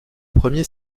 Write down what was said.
premier